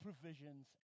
provisions